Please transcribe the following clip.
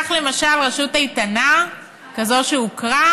כך, למשל, רשות איתנה כזאת שהוכרה,